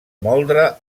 moldre